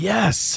Yes